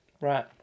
Right